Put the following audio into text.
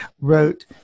wrote